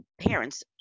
parents